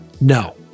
No